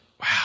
Wow